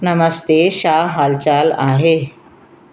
नमस्ते छा हालचाल आहे